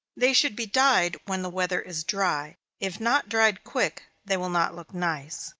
they should be dyed when the weather is dry if not dried quick, they will not look nice.